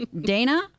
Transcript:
Dana